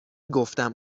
گفتم